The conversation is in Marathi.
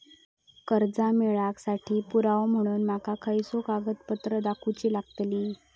कर्जा मेळाक साठी पुरावो म्हणून माका खयचो कागदपत्र दाखवुची लागतली?